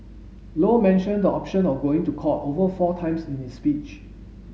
low mentioned the option of going to court over four times in his speech